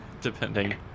Depending